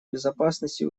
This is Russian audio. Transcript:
безопасности